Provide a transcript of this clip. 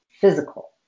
physical